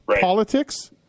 politics